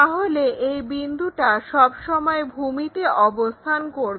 তাহলে এই বিন্দুটা সবসময় ভূমিতে অবস্থান করবে